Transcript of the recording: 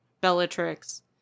Bellatrix